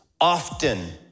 often